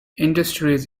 industries